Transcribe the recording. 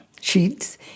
sheets